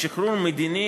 בשחרור מדיני,